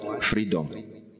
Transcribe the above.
freedom